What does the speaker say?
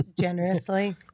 generously